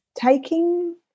taking